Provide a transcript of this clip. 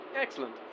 Excellent